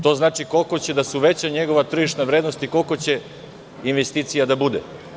To znači koliko će da se uveća njegova tržišna vrednost i koliko će investicija da bude.